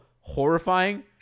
horrifying